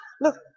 look